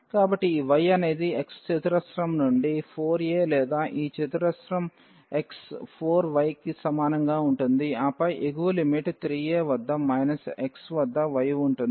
కాబట్టి ఈ y అనేది x చతురస్రం నుండి 4 a లేదా ఈ x చతురస్రం 4 y కి సమానంగా ఉంటుంది ఆపై ఎగువ లిమిట్ 3a వద్ద మైనస్ x వద్ద y ఉంటుంది